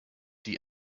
die